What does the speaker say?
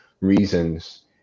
reasons